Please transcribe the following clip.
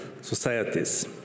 societies